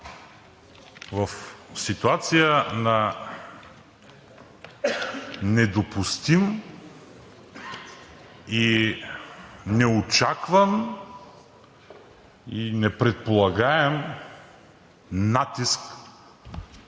в ситуация на недопустим, неочакван и непредполагаем натиск